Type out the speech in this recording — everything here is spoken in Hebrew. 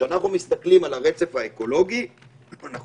כשאנחנו מסתכלים על הרצף האקולוגי אנחנו